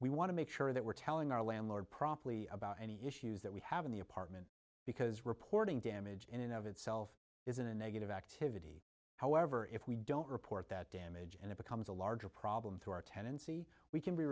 we want to make sure that we're telling our landlord properly about any issues that we have in the apartment because reporting damage in and of itself isn't a negative activity however if we don't report that damage and it becomes a larger problem through our tenancy we can be